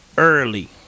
Early